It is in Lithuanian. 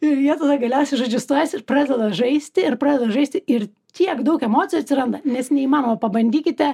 ir jie tada galiausiai žodžiu stojasi ir pradeda žaisti ir pradeda žaisti ir tiek daug emocijų atsiranda nes neįmanoma pabandykite